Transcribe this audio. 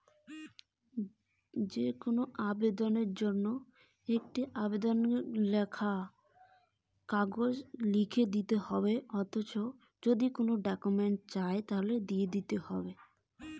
আবেদনের জন্য কি কি কাগজ নিতে হবে?